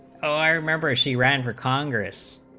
ah i remember she ran for congress